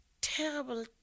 terrible